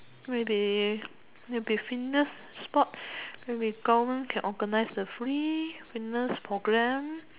really maybe fitness sports maybe government can organise the free fitness programme